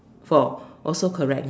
four also correct